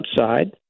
outside